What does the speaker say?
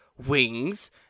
wings